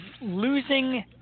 losing